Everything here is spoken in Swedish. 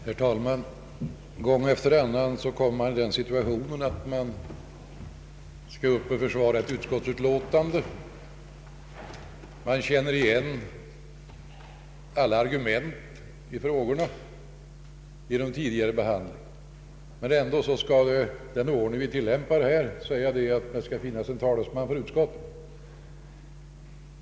Herr talman! Gång efter annan hamnar man i den situationen att man skall försvara ett utskottsbetänkande och känner igen alla argument genom tidigare behandling, men ändå skall det, enligt den ordning som tillämpas här, finnas en talesman för utskottet.